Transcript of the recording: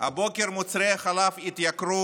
הבוקר מוצרי החלב התייקרו